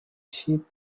sheep